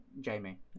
Jamie